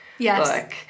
Yes